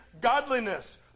godliness